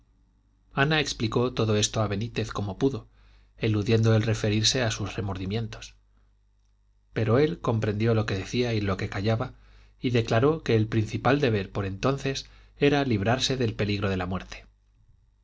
ana explicó todo esto a benítez como pudo eludiendo el referirse a sus remordimientos pero él comprendió lo que decía y lo que callaba y declaró que el principal deber por entonces era librarse del peligro de la muerte